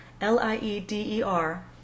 L-I-E-D-E-R